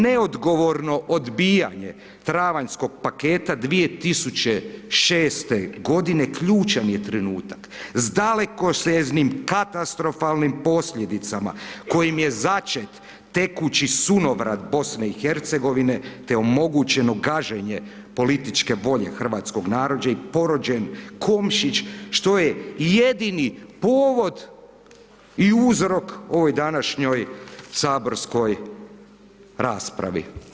Neodgovorno odbijanje travanjskog paketa 2006. godine ključan je trenutak sa dalekosežnim katastrofalnim posljedicama kojim je začet tekući sunovrat BiH te omogućeno gaženje političke volje hrvatskog naroda i ... Komšić što je i jedini povod i uzrok ovoj današnjoj saborskoj raspravi.